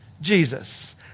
Jesus